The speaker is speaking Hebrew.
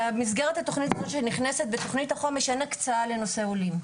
במסגרת התכנית שנכנסת בתכנית החומש אין הקצאה לנושא עולים.